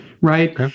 right